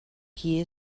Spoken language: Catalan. qui